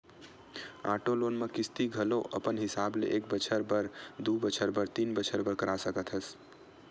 auto loan म किस्ती घलो अपन हिसाब ले एक बछर बर, दू बछर बर, तीन बछर बर करा सकत हस